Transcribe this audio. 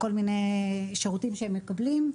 כל מיני שירותים שהם מקבלים.